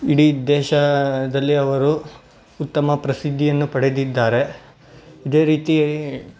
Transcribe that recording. ಇಡೀ ದೇಶದಲ್ಲಿ ಅವರು ಉತ್ತಮ ಪ್ರಸಿದ್ದಿಯನ್ನು ಪಡೆದಿದ್ದಾರೆ ಇದೇ ರೀತಿ